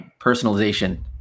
personalization